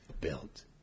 built